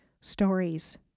stories